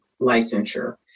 licensure